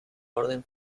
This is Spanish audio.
orden